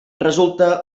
resulta